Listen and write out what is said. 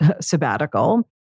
sabbatical